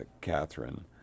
Catherine